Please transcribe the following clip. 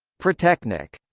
protechnik